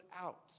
out